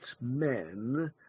men